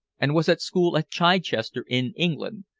and was at school at chichester, in england.